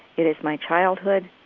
it is my childhood,